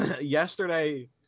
yesterday